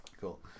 Cool